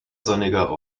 sonniger